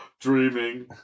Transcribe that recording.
dreaming